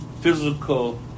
Physical